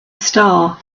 star